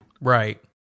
Right